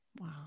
Wow